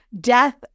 death